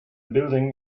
building